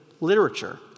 literature